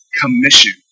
commission